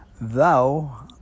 Thou